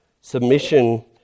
Submission